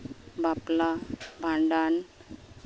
ᱵᱟᱯᱞᱟ ᱵᱷᱟᱸᱰᱟᱱ